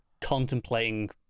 contemplating